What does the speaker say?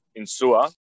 Insua